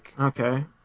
Okay